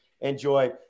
enjoy